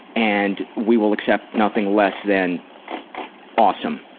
and we will accept nothing less than awesome.